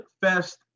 Fest